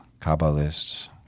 kabbalists